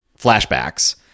flashbacks